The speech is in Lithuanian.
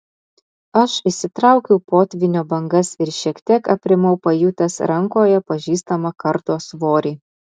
aš išsitraukiau potvynio bangas ir šiek tiek aprimau pajutęs rankoje pažįstamą kardo svorį